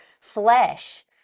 flesh